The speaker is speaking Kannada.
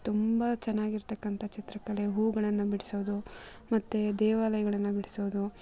ತುಂಬ ಚೆನ್ನಾಗಿರ್ತಕ್ಕಂಥ ಚಿತ್ರಕಲೆ ಹೂಗಳನ್ನು ಬಿಡಿಸೋದು ಮತ್ತು ದೇವಾಲಯಗಳನ್ನು ಬಿಡಿಸೋದು